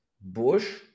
Bush